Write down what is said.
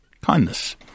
Kindness